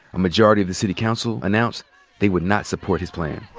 a majority of the city council announced they would not support his plan.